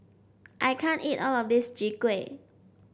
I can't eat all of this Chwee Kueh